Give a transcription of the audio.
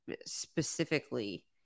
specifically